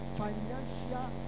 financial